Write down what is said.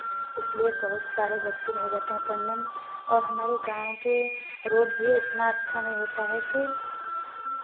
इसलिए बहुत सारे बच्चे नहीं रहते हैं पढ़ने में और हमारे गाँव के रोड भी इतना अच्छा नहीं होता है कि